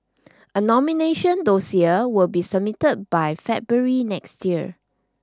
a nomination dossier will be submitted by February next year